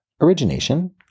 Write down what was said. origination